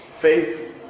faith